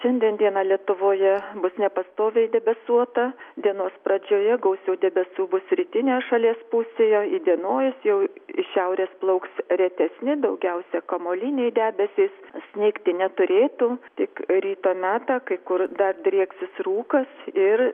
šiandien diena lietuvoje bus nepastoviai debesuota dienos pradžioje gausių debesų bus rytinėje šalies pusėje įdienojus jau iš šiaurės plauks retesni daugiausia kamuoliniai debesys snigti neturėtų tik ryto metą kai kur dar drieksis rūkas ir